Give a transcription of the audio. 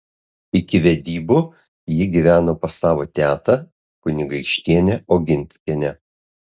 iki vedybų ji gyveno pas savo tetą kunigaikštienę oginskienę